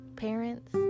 Parents